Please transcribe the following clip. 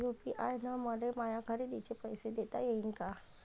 UPI न मले माया खरेदीचे पैसे देता येईन का?